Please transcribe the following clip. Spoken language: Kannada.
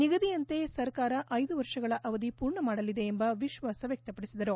ನಿಗದಿಯಂತೆ ಸರ್ಕಾರ ಐದು ವರ್ಷಗಳ ಅವಧಿ ಪೂರ್ಣಮಾಡಲಿದೆ ಎಂಬ ವಿಶ್ವಾಸ ವ್ಯಕ್ತಪಡಿಸಿದರು